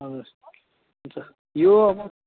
हजुर हुन्छ यो अब